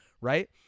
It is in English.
right